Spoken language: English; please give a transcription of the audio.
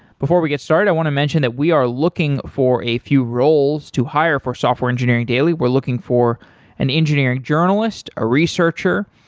before we get started i want to mention that we are looking for a few roles to hire for software engineering daily. we're looking for an engineering journalist, a researcher,